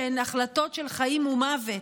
שהן החלטות של חיים ומוות,